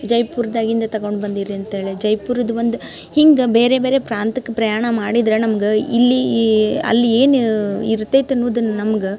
ಜೈಪುರ್ದಾಗಿಂದ ತಗೊಂಡು ಬಂದೀರಿ ಅಂತ್ಹೇಳಿ ಜೈಪುರ್ದ ಒಂದು ಹಿಂಗೆ ಬೇರೆ ಬೇರೆ ಪ್ರಾಂತ್ಯಕ್ಕೆ ಪ್ರಯಾಣ ಮಾಡಿದ್ರೆ ನಮ್ಗೆ ಇಲ್ಲಿ ಅಲ್ಲಿ ಏನು ಇರ್ತೈತೆ ಅನ್ನುದನ್ನು ನಮ್ಗೆ